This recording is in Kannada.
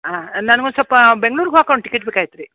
ಹಾಂ ನಮ್ಗೆ ಒಂದು ಸ್ವಲ್ಪ ಬೆಂಗ್ಳೂರಿಗೆ ಹೋಗಕ್ ಒಂದು ಟಿಕೆಟ್ ಬೇಕಾಗಿತ್ರಿ